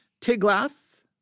Tiglath